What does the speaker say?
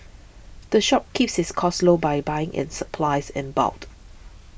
the shop keeps its costs low by buying its supplies in bulk